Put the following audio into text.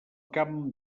camp